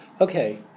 Okay